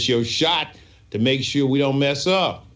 know shot to make sure we don't mess up